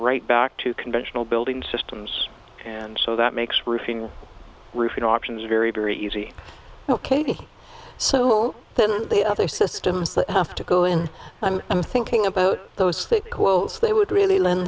right back to conventional building systems and so that makes roofing roofing options very very easy ok so then the other system to go in i'm thinking about those that close they would really lend